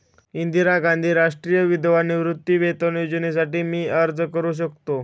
इंदिरा गांधी राष्ट्रीय विधवा निवृत्तीवेतन योजनेसाठी मी अर्ज करू शकतो?